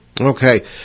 okay